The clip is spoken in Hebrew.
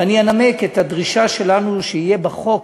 ואני אנמק את הדרישה שלנו שיהיה בחוק